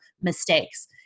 mistakes